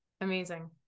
Amazing